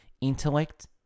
intellect